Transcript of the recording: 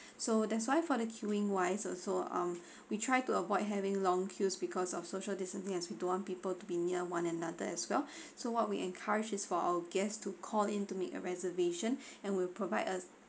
so that's why for the queuing wise also um we try to avoid having long queue because of social distancing as we don't want people to be near one another as well so what we encourage is for our guests to call in to make a reservation and will provide a